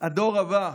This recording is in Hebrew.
הדור הבא,